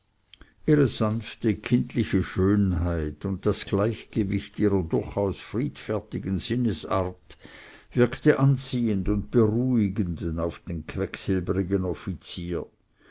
ihre sanfte kindliche schönheit und das gleichgewicht ihrer durchaus friedfertigen sinnesart wirkte anziehend und beruhigend auf den quecksilbernen offizier